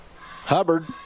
Hubbard